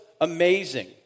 amazing